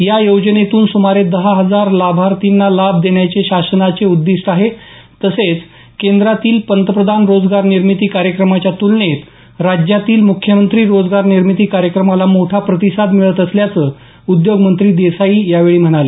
या योजनेतून सुमारे दहा हजार लाभार्थींना लाभ देण्याचे शासनाचे उद्दीष्ट आहे तसेच केंद्रातील पंतप्रधान रोजगार निर्मिती कार्यक्रमाच्या तूलनेत राज्यातील म्ख्यमंत्री रोजगारनिर्मिती कार्यक्रमाला मोठा प्रतिसाद मिळत असल्याचं उद्योगमंत्री देसाई यावेळी म्हणाले